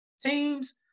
teams